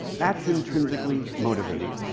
that's intrinsically motivating.